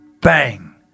Bang